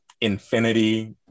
infinity